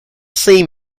seam